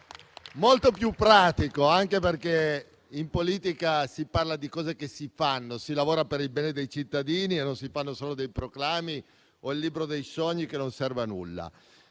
molto più pratico, anche perché in politica si parla di cose che si fanno, si lavora per il bene dei cittadini e non si fanno solo dei proclami o il libro dei sogni, che non serve a nulla.